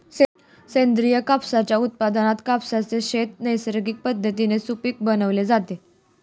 सेंद्रिय कापसाच्या उत्पादनात कापसाचे शेत नैसर्गिक पद्धतीने सुपीक बनवले जाते